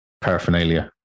paraphernalia